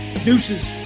Deuces